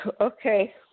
okay